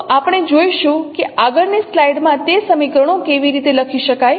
તો આપણે જોઈશું કે આગળની સ્લાઇડ્સમાં તે સમીકરણો કેવી રીતે લખી શકાય